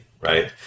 right